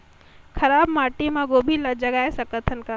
खराब माटी मे गोभी जगाय सकथव का?